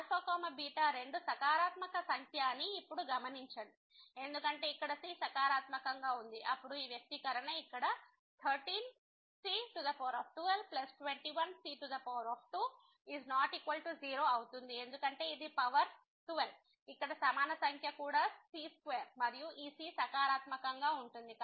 α β రెండూ సకారాత్మక సంఖ్య అని ఇప్పుడు గమనించండి ఎందుకంటే ఇక్కడ c సకారాత్మకంగా ఉంది అప్పుడు ఈ వ్యక్తీకరణ ఇక్కడ 13c1221c2≠0 అవుతుందిఎందుకంటే ఇది పవర్ 12 ఇక్కడ సమాన సంఖ్య కూడాc2మరియ ఈ c సకారాత్మకంగా ఉంటుంది